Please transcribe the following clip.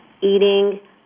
Eating